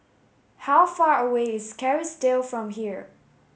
how far away is Kerrisdale from here